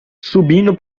subindo